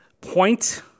Point